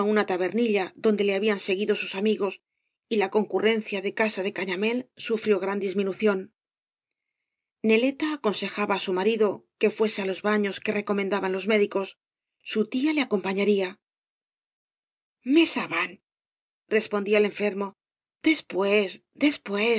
una tabernilla adonde le habían seguido sus amigos y la concurrencia de casa cañamél sufrió gran disminución neleta aconsejaba á su marido que fuese á im baños que recomendaban los médicos su tía le acompañaría mes avant respondía el enfermo después después t